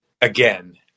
again